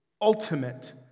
ultimate